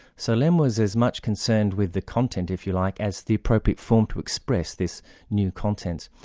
so lem was as much concerned with the content, if you like, as the appropriate form to express this new content.